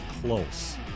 close